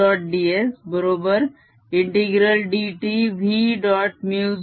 ds बरोबर ∫dt V